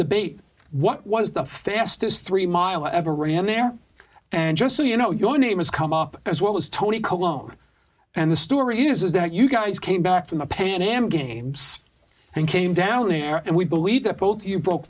debate what was the fastest three mile ever ran there and just so you know your name has come up as well as tony cologne and the story is that you guys came back from the pan am games and came down there and we believe that both you broke